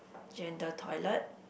gender toilet